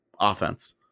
offense